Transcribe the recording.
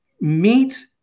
meet